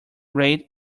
rate